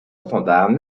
standards